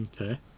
Okay